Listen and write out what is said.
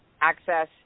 access